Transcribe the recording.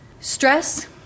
Stress